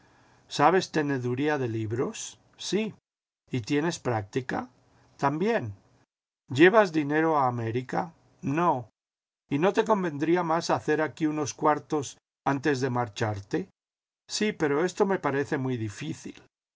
isabes teneduría de libros sí y tienes práctica también llevas dinero a américa no y no te convendría más hacer aquí unos cuartos antes de marcharte sí pero esto me parece muy difícil